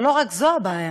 אבל לא רק זו הבעיה.